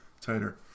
tighter